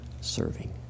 serving